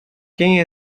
quem